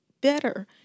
better